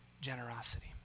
generosity